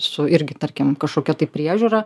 su irgi tarkim kažkokia tai priežiūra